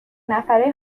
نفره